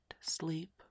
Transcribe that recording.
sleep